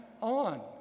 on